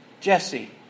Jesse